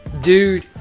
dude